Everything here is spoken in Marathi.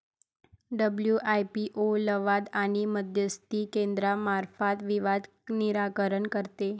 डब्ल्यू.आय.पी.ओ लवाद आणि मध्यस्थी केंद्रामार्फत विवाद निराकरण करते